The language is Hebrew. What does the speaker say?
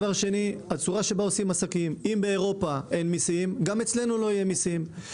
אם באירופה אין מיסים, גם אצלנו לא יהיו מסים.